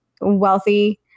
wealthy